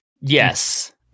yes